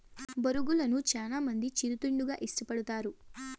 బొరుగులను చానా మంది చిరు తిండిగా ఇష్టపడతారు